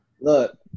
Look